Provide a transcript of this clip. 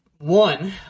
one